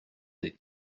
des